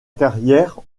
carrière